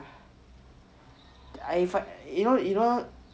you know you know